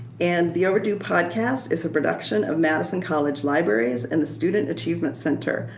and the overdue podcast is a production of madison college libraries and the student achievement center.